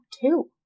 two